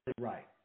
right